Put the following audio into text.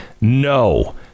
no